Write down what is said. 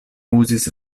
uzis